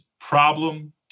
problem